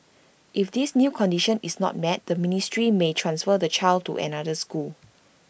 if this new condition is not met the ministry may transfer the child to another school